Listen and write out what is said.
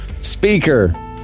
speaker